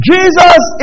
Jesus